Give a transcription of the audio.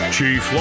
Chief